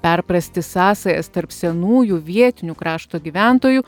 perprasti sąsajas tarp senųjų vietinių krašto gyventojų